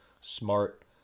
smart